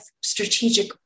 strategic